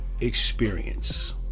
experience